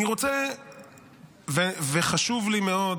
אני רוצה וחשוב לי מאוד